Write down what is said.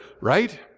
right